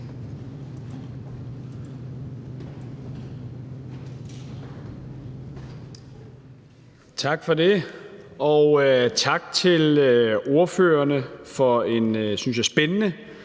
Tak for det. Og tak til ordførerne for en, synes jeg, spændende